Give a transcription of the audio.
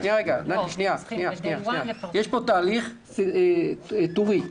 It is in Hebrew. יש פה תהליך טורי.